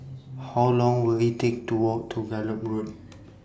How Long Will IT Take to Walk to Gallop Road